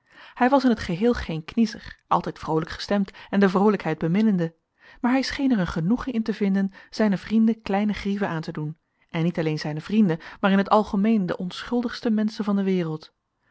hij was in t geheel geen kniezer altijd vroolijk gestemd en de vroolijkheid beminnende maar hij scheen er een genoegen in te vinden zijnen vrienden kleine grieven aan te doen en niet alleen zijnen vrienden maar in het algemeen de onschuldigste menschen van de wereld